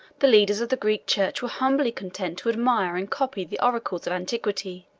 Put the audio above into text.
the leaders of the greek church were humbly content to admire and copy the oracles of antiquity,